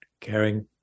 caring